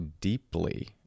deeply